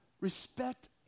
respect